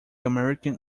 american